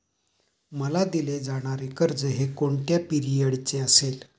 मला दिले जाणारे कर्ज हे कोणत्या पिरियडचे असेल?